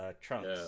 Trunks